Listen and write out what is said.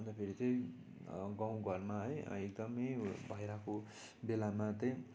अन्त फेरि त गाउँ घरमा है एकदम खेल भइरहेको बेलामा त